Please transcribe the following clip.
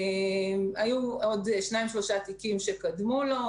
היו עוד שניים שלושה תיקים שקדמו למקרה זה,